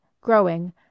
growing